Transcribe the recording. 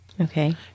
Okay